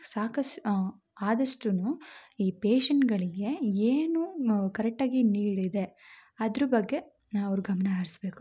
ಸಾಕಾಷ್ಟು ಆದಷ್ಟೂ ಈ ಪೇಶೆಂಟ್ಗಳಿಗೆ ಏನು ಕರೆಕ್ಟಾಗಿ ನೀಡಿದೆ ಅದ್ರ ಬಗ್ಗೆ ನಾ ಅವ್ರ ಗಮನ ಹರಿಸ್ಬೇಕು